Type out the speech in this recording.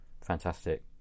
Fantastic